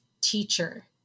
teacher